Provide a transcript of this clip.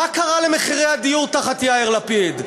מה קרה למחירי הדיור תחת יאיר לפיד?